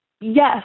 Yes